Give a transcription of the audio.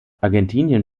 argentinien